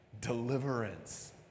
Deliverance